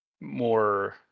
more